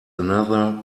another